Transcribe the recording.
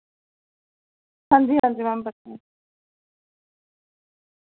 हांजी हांजी मैम